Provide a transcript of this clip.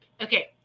okay